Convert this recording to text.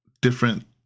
different